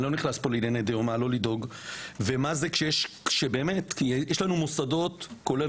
אני לא נכנס לענייני דיומא ומה זה כשיש לנו מוסדות כולל